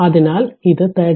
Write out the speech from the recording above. അതിനാൽ ഇത് 33